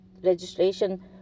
registration